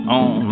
on